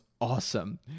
awesome